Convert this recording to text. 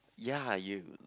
ya you